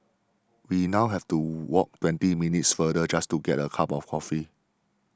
we now have to walk twenty minutes farther just to get a cup of coffee